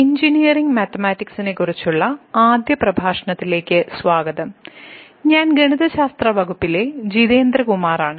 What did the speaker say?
engineering മാത്തമാറ്റിക്സിനെക്കുറിച്ചുള്ള ആദ്യ പ്രഭാഷണത്തിലേക്ക് സ്വാഗതം ഞാൻ ഗണിതശാസ്ത്ര വകുപ്പിലെ ജിതേന്ദ്ര കുമാറാണ്